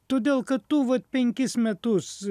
todėl kad tu vat penkis metus